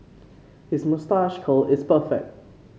his moustache curl is perfect